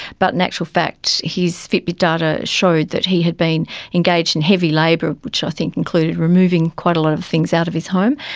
but in actual fact his fitbit data showed that he had been engaged in heavy labour, which i think included removing quite a lot of things out of his home,